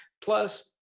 plus